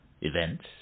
events